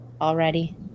already